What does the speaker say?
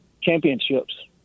championships